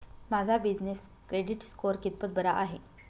माझा business credit score कितपत बरा आहे?